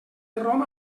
rom